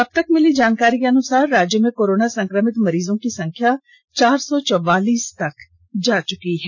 अब तक मिली जानकारी के अनुसार राज्य में कोरोना संक्रमित मरीजों की संख्या चार सौ चौवालीस तक जा पहुंची है